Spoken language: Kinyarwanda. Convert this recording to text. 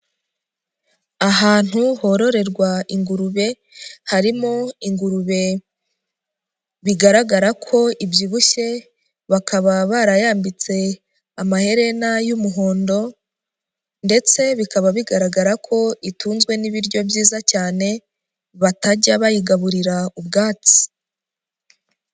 Ahantu hororerwa ingurube, harimo ingurube bigaragara ko ibyibushye, bakaba barayambitse amaherena y'umuhondo ndetse bikaba bigaragara ko itunzwe n'ibiryo byiza cyane, batajya bayigaburira ubwatsi.